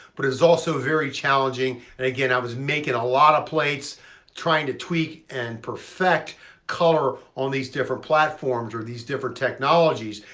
but it was also very challenging. and again, i was making a lot of plates trying to tweak and perfect color on these different platforms, or these different technologies.